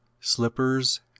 slippers